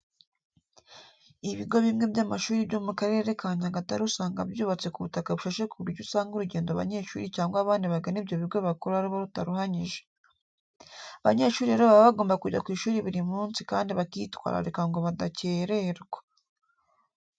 Ibigo bimwe by'amashuri byo mu Karere ka Nyagatare usanga byubatse ku butaka bushashe ku buryo usanga urugendo abanyeshuri cyangwa abandi bagana ibyo bigo bakora ruba rutaruhanyije. Abanyeshuri rero baba bagomba kujya ku ishuri buri munsi kandi bakitwararika ngo badakererwa.